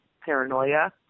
paranoia